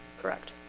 correct.